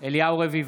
אליהו רביבו,